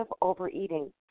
overeating